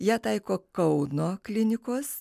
ją taiko kauno klinikos